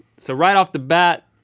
so right off the bat,